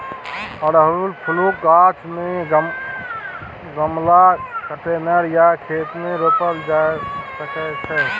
अड़हुल फुलक गाछ केँ गमला, कंटेनर या खेत मे रोपल जा सकै छै